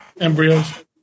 Embryos